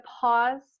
pause